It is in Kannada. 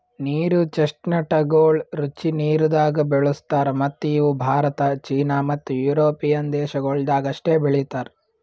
ನೀರು ಚೆಸ್ಟ್ನಟಗೊಳ್ ರುಚಿ ನೀರದಾಗ್ ಬೆಳುಸ್ತಾರ್ ಮತ್ತ ಇವು ಭಾರತ, ಚೀನಾ ಮತ್ತ್ ಯುರೋಪಿಯನ್ ದೇಶಗೊಳ್ದಾಗ್ ಅಷ್ಟೆ ಬೆಳೀತಾರ್